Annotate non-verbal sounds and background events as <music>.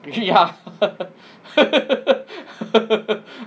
ya <laughs>